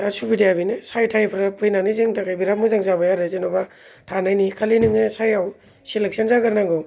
दा सुबिदाया बेनि साइ थायफोर फैनानै जोंनि थाखाय बिरात मोजां जाबाय आरो जेन'बा थानायनि खालि नोङो साईआव सेलेकसन जाग्रोनांगौ